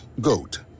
GOAT